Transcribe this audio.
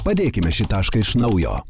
padėkime šį tašką iš naujo